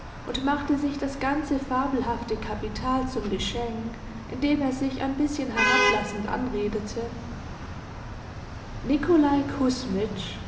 und machte sich das ganze fabelhafte kapital zum geschenk indem er sich ein bißchen herablassend anredete nikolaj